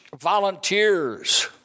volunteers